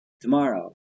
tomorrow